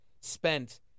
spent